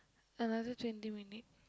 another twenty minute